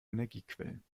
energiequellen